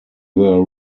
were